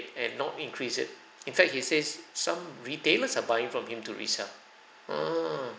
and not increase it in fact he says some retailers are buying from him to resell err